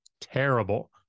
terrible